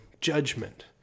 judgment